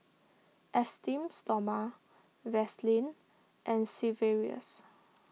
Esteem Stoma Vaselin and Sigvaris